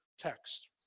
text